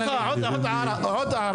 ברשותך, עוד הערה.